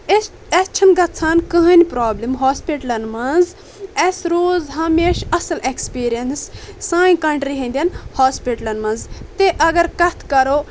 أسۍ اسہِ چھنہٕ گژھان کٕہٲنۍ پرابلم ہوسپٹلن منٛز اسہِ روٗز ہمیشہِ اصل اٮ۪کٕس پیٖرینٕس سٲنۍ کنٹری ہٕنٛدٮ۪ن ہوسپٹلن منٛز تہِ اگر کتھ کرو